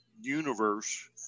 universe